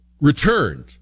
returned